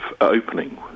opening